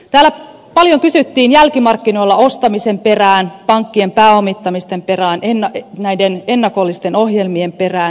täällä paljon kysyttiin jälkimarkkinoilta ostamisen perään pankkien pääomittamisten perään näiden ennakollisten ohjelmien perään